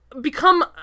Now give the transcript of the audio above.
become